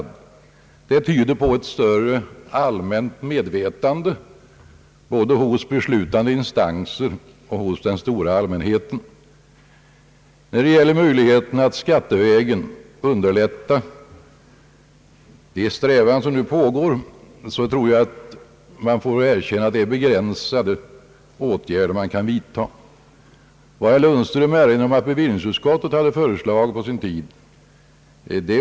Detta tyder på ett större medve tande både hos beslutande instanser och hos den stora allmänheten. När det gäller möjligheterna att skattevägen underlätta de strävanden som nu pågår så tror jag man får erkänna att det är begränsade åtgärder som kan vidtagas. Herr Lundström erinrade om vad bevillningsutskottet hade föreslagit på sin tid.